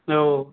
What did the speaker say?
आव